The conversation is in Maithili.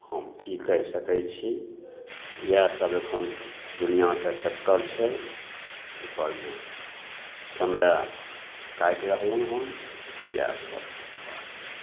हम कि कहि सकै छी इएहसब एखन दुनिआके चक्कर छै एहिपरमे समय काटि रहलहुँ हँ इएहसब बात छै